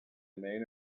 email